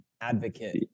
advocate